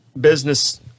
business